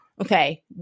Okay